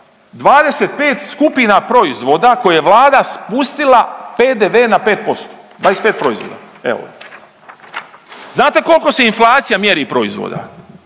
25 skupina proizvoda koje je Vlada spustila PDV na 5%, 25 proizvoda. Evo ga. Znate koliko se inflacija mjeri proizvoda?